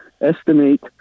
estimate